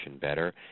better